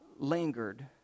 Lingered